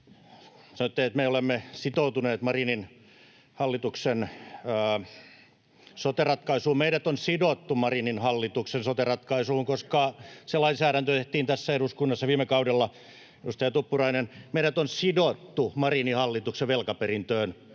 me olemme sitoutuneet Marinin hallituksen sote-ratkaisuun. Meidät on sidottu Marinin hallituksen sote-ratkaisuun, koska se lainsäädäntö tehtiin tässä eduskunnassa viime kaudella. Edustaja Tuppurainen, meidät on sidottu Marinin hallituksen velkaperintöön,